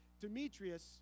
Demetrius